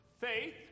faith